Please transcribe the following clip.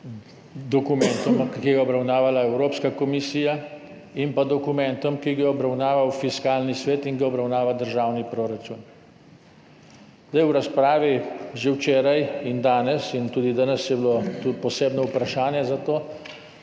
dokumentom, ki ga je obravnavala Evropska komisija, in pa dokumentom, ki ga je obravnaval Fiskalni svet in ga obravnava državni proračun. V razpravi že včeraj in danes, pa tudi danes je bilo posebno vprašanje o tem,